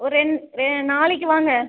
ஒரு ரெண் நாளைக்கு வாங்க